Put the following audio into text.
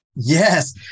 Yes